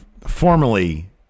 formally